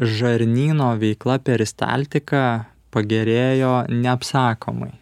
žarnyno veikla peristaltika pagerėjo neapsakomai